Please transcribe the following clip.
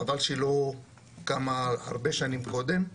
חבל שהיא לא קמה הרבה שנים קודם.